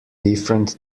different